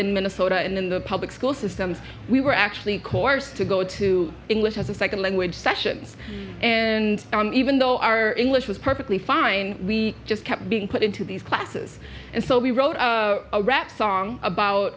in minnesota in the public school systems we were actually course to go to english as a second language sessions and even though our english was perfectly fine we just kept being put into these classes and so we wrote a rap song about